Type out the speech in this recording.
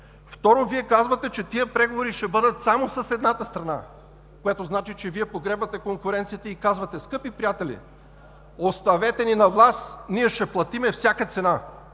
Второ, Вие казвате, че тези преговори ще бъдат само с едната страна, което значи, че погребвате конкуренцията и казвате: скъпи приятели, оставете ни на власт – ние ще платим всяка цена!